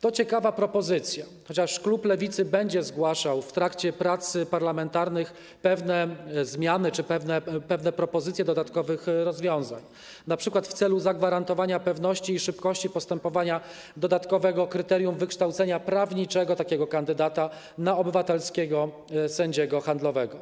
To ciekawa propozycja, chociaż klub Lewicy będzie zgłaszał w trakcie prac parlamentarnych pewne zmiany czy pewne propozycje dodatkowych rozwiązań, np. w celu zagwarantowania pewności i szybkości postępowania dodatkowe kryterium wykształcenia prawniczego kandydata na obywatelskiego sędziego handlowego.